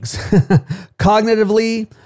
cognitively